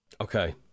Okay